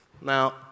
Now